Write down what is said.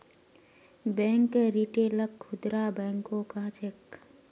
bank रिटेलक खुदरा बैंको कह छेक